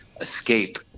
escape